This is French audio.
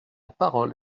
parole